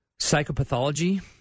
Psychopathology